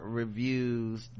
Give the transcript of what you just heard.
reviews